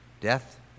Death